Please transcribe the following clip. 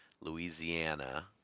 Louisiana